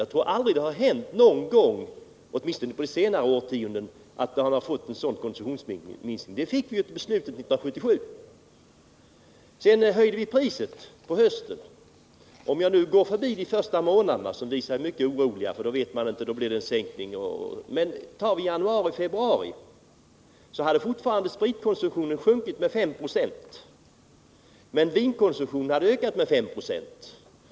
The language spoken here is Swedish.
Jag tror inte att det har skett en sådan konsumtionsminskning någon gång tidigare, åtminstone inte under senare årtionden. Det skedde efter beslutet 1977. Sedan höjde vi priserna i höstas. När vi skall se på resultatet därav kan vi gå förbi de första månaderna, då det sker en sänkning av alkoholkonsumtionen, och resultatet är osäkert. Under januari-februari hade spritkonsumtionen sjunkit med 5 96, men vinkonsumtionen hade ökat med 5 90.